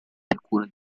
alcune